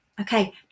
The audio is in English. Okay